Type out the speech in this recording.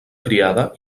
criada